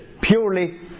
purely